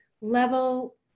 level